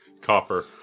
copper